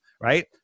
right